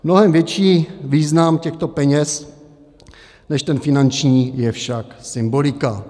Mnohem větší význam těchto peněz než ten finanční je však symbolika.